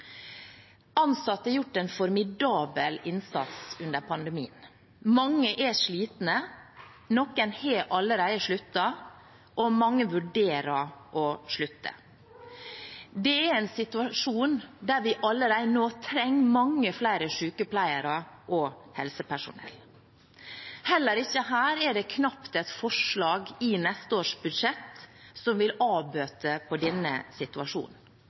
Ansatte har gjort en formidabel innsats under pandemien. Mange er slitne, noen har allerede sluttet, og mange vurderer å slutte. Det er en situasjon der vi allerede nå trenger mange flere sykepleiere og helsepersonell. Heller ikke her er det knapt et forslag i neste års budsjett som vil avbøte denne situasjonen.